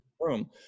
room